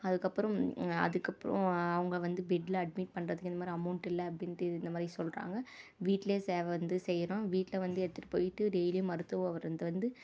அதுக்கப்புறம் அதுக்கப் அவங்க வந்து பெட்டில் அட்மிட் பண்ணுறதுக்கு இந்தமாதிரி அமௌண்ட் இல்லை அப்படின்ட்டு இந்தமாதிரி சொல்கிறாங்க வீட்டில் சேவை வந்து செய்கிறோம் வீட்டில் வந்து எடுத்துட்டு போயிட்டு டெய்லியும் மருத்துவர் வந்து வந்து